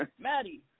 Maddie